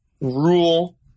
rule